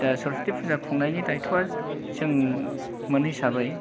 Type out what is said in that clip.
ओ सरसथि फुजा खुंनायनि दायथ'आ जों मोन हिसाबै